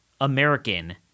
American